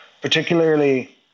particularly